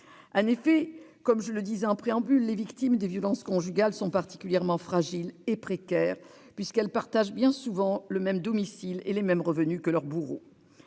En effet, comme je le disais en préambule, les victimes de violences conjugales sont particulièrement fragiles et précaires, puisqu'elles partagent bien souvent le même domicile et les mêmes revenus que leur bourreau.